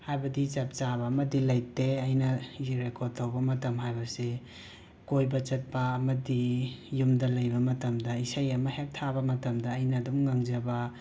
ꯍꯥꯏꯕꯗꯤ ꯆꯞ ꯆꯥꯕ ꯑꯃꯗꯤ ꯂꯩꯇꯦ ꯑꯩꯅ ꯔꯦꯀꯣꯠ ꯇꯧꯕ ꯃꯇꯝ ꯍꯥꯏꯕꯁꯦ ꯀꯣꯏꯕ ꯆꯠꯄ ꯑꯃꯗꯤ ꯌꯨꯝꯗ ꯂꯩꯕ ꯃꯇꯝꯗ ꯏꯁꯩ ꯑꯃ ꯍꯦꯛ ꯊꯥꯕ ꯃꯇꯝꯗ ꯑꯩꯅ ꯑꯗꯨꯝ ꯉꯪꯖꯕ